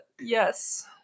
yes